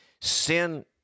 Sin